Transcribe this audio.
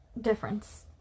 difference